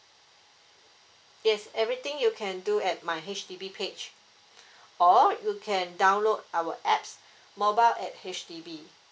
yes everything you can do at my H_D_B page or you can download our apps mobile at H_D_B